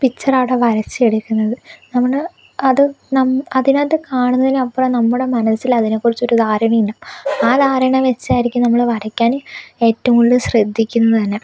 picture അവിടെ വരച്ച് എടുക്കുന്നത് നമ്മൾ അത് നം അതിനകത്ത് കാണുന്നതിലും അപ്പുറം നമ്മുടെ മനസ്സിൽ അതിനെ കുറിച്ച് ഒരു ധാരണ ഉണ്ടാകും ആ ധാരണ വെച്ചായിരിക്കും നമ്മൾ വരക്കാൻ ഏറ്റവും കൂടുതൽ ശ്രദ്ധിക്കുന്നത് തന്നെ